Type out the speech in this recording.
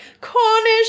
Cornish